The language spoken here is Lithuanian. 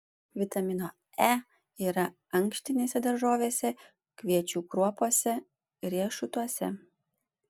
vitamino e yra ankštinėse daržovėse kviečių kruopose riešutuose